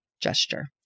gesture